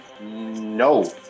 No